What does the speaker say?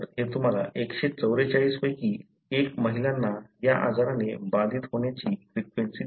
तर हे तुम्हाला 144 पैकी 1 महिलांना या आजाराने बाधित होण्याची फ्रिक्वेंसी देते